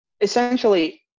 essentially